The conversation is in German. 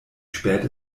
spät